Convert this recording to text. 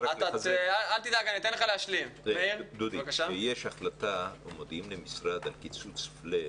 דודי, כשיש החלטה או כשמודיעים למשרד על קיצוץ פלט